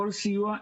כל סיוע,